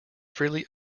freely